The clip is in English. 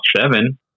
seven